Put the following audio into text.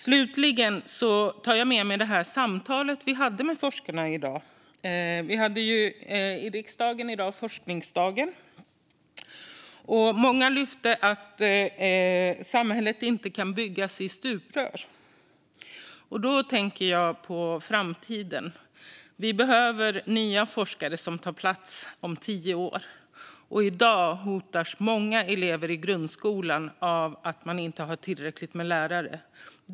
Slutligen tar jag med mig samtalet vi hade med forskarna på forskningsdagen som anordnades i riksdagen i dag. Många lyfte att samhället inte kan byggas i stuprör. Då tänker jag på framtiden. Vi behöver nya forskare som tar plats om tio år, men i dag hotas många elever i grundskolan av att man inte har tillräckligt med lärare.